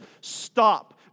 Stop